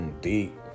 deep